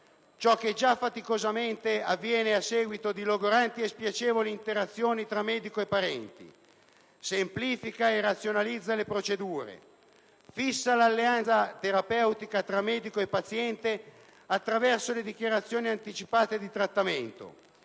ciò che già faticosamente avviene a seguito di logoranti e spiacevoli interazioni tra medico e parenti, semplifica e razionalizza le procedure, fissa l'alleanza terapeutica tra medico e paziente attraverso le dichiarazioni anticipate di trattamento,